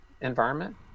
environment